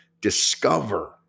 discover